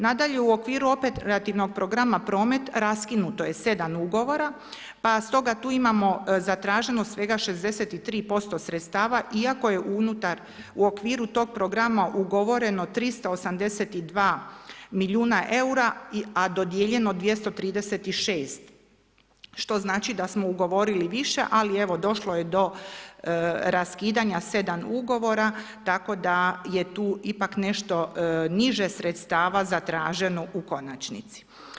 Nadalje, u okviru operativnog programa promet, raskinuto je 7 ugovora, pa stoga tu imamo zatraženo svega 63% sredstava iako je u okviru tog programa ugovoreno 382 milijuna eura, a dodijeljeno 236, što znači da smo ugovorili više, ali evo, došlo je do raskidanja 7 ugovora, tako da je tu ipak nešto niže sredstava zatraženo u konačnici.